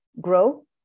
grow